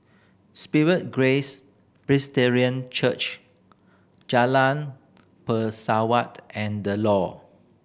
Spirit Grace Presbyterian Church Jalan Pesawat and The Lawn